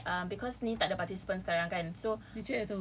chat ah okay cause ni tak ada participants sekarang kan so